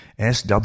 SW